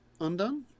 undone